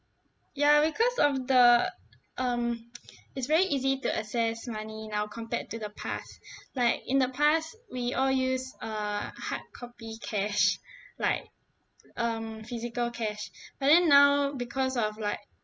ya because of the um it's very easy to access money now compared to the past like in the past we all use err hard copy cash like um physical cash but then because of like